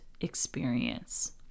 experience